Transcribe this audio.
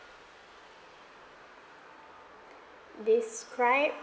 describe